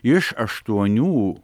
iš aštuonių